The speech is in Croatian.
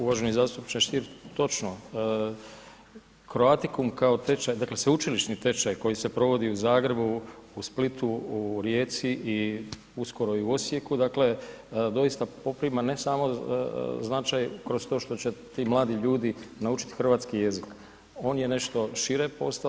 Uvaženi zastupniče Stier, točno Croaticum kao tečaj, dakle sveučilišni tečaj koji se provodi u Zagrebu, u Splitu, u Rijeci i uskoro i u Osijeku dakle, doista poprima ne samo značaj kroz to što će ti mladi ljudi naučiti hrvatski jezik, on je nešto šire postavo.